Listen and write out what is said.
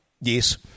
Yes